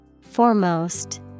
Foremost